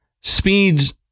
speeds